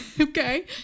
Okay